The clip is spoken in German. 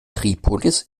tripolis